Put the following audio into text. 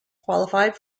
qualified